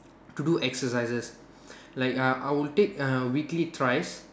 to do exercises like uh I will take uh weekly thrice